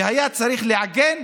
שהיה צריך לעגן,